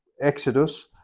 Exodus